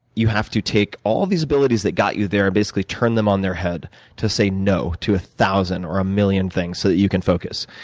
you have to take all of these abilities that got you there, and basically turn them on their head to say no to a thousand, or a million things so that you can focus.